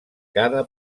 cada